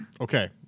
Okay